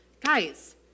Guys